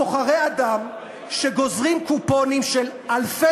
סוחרי אדם שגוזרים קופונים של אלפי